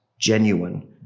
Genuine